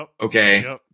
Okay